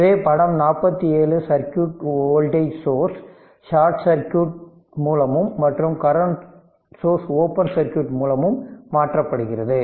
எனவே படம் 47 circuit voltage source short circuit மூலமும் மற்றும் கரண்ட் சோர்ஸ் ஓபன் சர்க்யூட் மூலமும் மாற்றப்படுகிறது